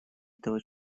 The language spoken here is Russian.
этого